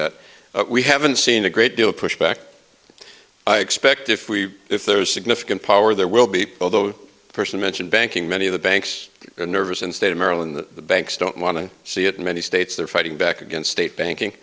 that we haven't seen a great deal of pushback i expect if we if there's significant power there will be although the person mentioned banking many of the banks nervous and state of maryland the banks don't want to see it in many states they're fighting back against state banking